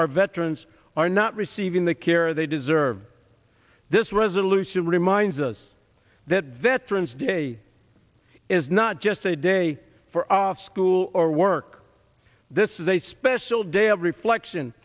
our veterans are not receiving the care they deserve this resolution reminds us that veterans day is not just a day for our school or work this is a special day of reflection